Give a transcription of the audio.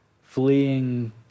fleeing